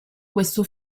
questo